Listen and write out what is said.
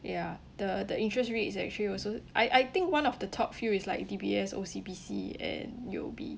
ya the the interest rate is actually also I I think one of the top few is like D_B_S O_C_B_C and U_O_B